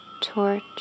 torch